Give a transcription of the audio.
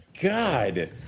God